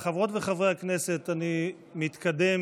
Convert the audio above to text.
חברות וחברי הכנסת, אני מתקדם.